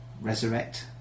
resurrect